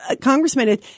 Congressman